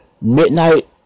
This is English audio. Midnight